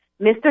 Mr